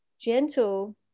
gentle